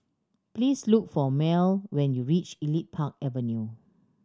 please look for Merle when you reach Elite Park Avenue